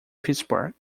pittsburgh